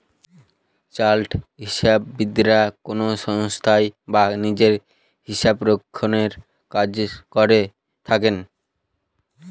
chartered হিসাববিদরা কোনো সংস্থায় বা নিজে হিসাবরক্ষনের কাজ করে থাকেন